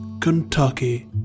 Kentucky